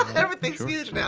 everything's huge yeah